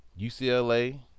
UCLA